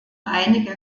einige